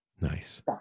Nice